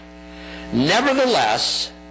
Nevertheless